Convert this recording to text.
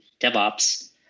DevOps